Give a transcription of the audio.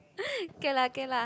K lah K lah